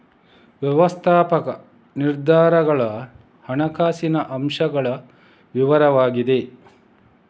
ವ್ಯವಸ್ಥಾಪಕ ನಿರ್ಧಾರಗಳ ಹಣಕಾಸಿನ ಅಂಶಗಳ ವಿವರಗಳಾಗಿವೆ